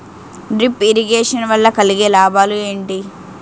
Drip irrigation వల్ల కలిగే లాభాలు ఏంటి?